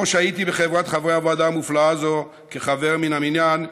שבה שהיתי בחברת חברי הוועדה המופלאה הזאת כחבר מן המניין,